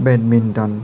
badminton